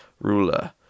ruler